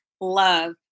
Love